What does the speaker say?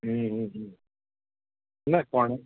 ना कोण